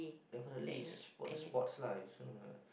definitely is what the sports lah this one